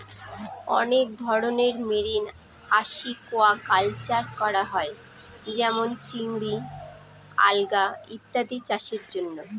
অনেক ধরনের marine aquaculture করা হয় যেমন চিংড়ি, আলগা ইত্যাদি চাষের জন্য